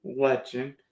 legend